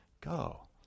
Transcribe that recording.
go